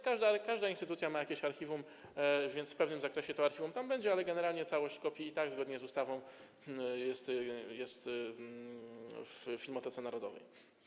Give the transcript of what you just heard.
Każda instytucja ma jakieś archiwum, więc w pewnym zakresie to archiwum tam będzie, ale generalnie wszystkie kopie i tak zgodnie z ustawą są w Filmotece Narodowej.